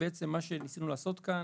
ומה שניסינו לעשות כאן,